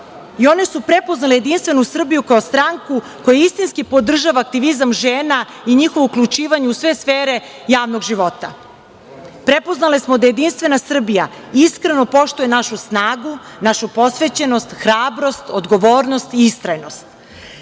i one su prepoznale JS kao stranku koja istinski podržava aktivizam žena i njihovo uključivanje u sve sfere javnog života. Prepoznale smo da JS iskreno poštuje našu snagu, našu posvećenost, hrabrost, odgovornost i istrajnost. Sve